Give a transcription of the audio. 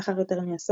לאחר יותר מעשור,